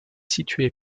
situé